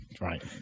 Right